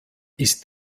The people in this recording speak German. ist